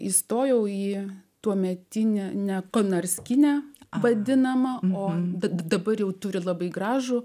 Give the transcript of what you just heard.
įstojau į tuometinę ne konarskinę vadinama o d dabar jau turi labai gražų